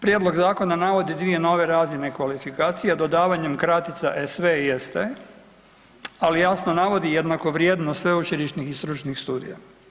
Prijedlog zakona navodi dvije nove razine kvalifikacija, dodavanjem kratica SV i ST ali jasno navodi jednakovrijednost sveučilišnih i stručnih studija.